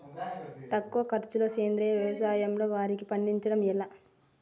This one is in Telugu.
తక్కువ ఖర్చుతో సేంద్రీయ వ్యవసాయంలో వారిని పండించడం ఎలా?